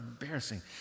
embarrassing